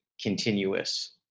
continuous